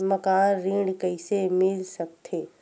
मकान ऋण कइसे मिल सकथे?